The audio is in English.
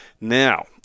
Now